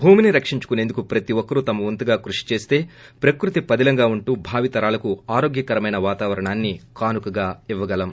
భూమిని రక్షించుకునేందుకు ప్రతి ఒక్కరూ తమ వంతుగా కృషి చేస్త ప్రకృతి పదిలంగా ఉంటూ భావి తరాలకు ఆరోగ్యకరమైన వాతావరణాన్ని కానుకగా ఇవ్వగలం